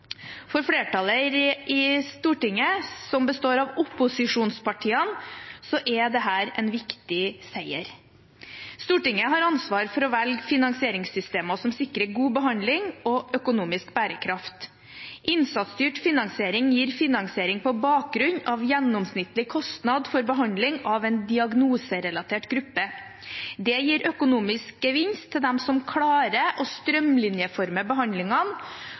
For flertallet i Stortinget, som består av opposisjonspartiene, er dette en viktig seier. Stortinget har ansvaret for å velge finansieringssystemer som sikrer god behandling og økonomisk bærekraft. Innsatsstyrt finansiering gir finansiering på bakgrunn av gjennomsnittlig kostnad for behandling av en diagnoserelatert gruppe. Det gir økonomisk gevinst til dem som klarer å strømlinjeforme behandlingene